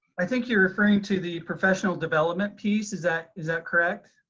i think you're referring to the professional development piece. is ah is that correct?